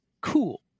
cool